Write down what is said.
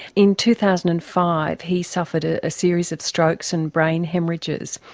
in two thousand and five he suffered a series of strokes and brain haemorrhages,